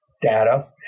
data